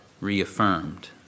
reaffirmed